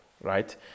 right